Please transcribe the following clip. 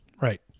right